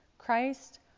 Christ